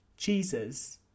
Jesus